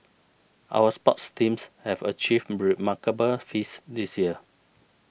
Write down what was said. our sports teams have achieved remarkable feats this year